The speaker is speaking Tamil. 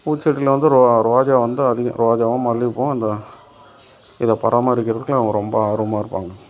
பூச்செடியில் வந்து ரோ ரோஜா வந்து அதிகம் ரோஜாவும் மல்லிகைப் பூவும் அந்த இதை பராமரிக்கிறதுக்கு அவங்க ரொம்ப ஆர்வமாக இருப்பாங்க